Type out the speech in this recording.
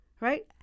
right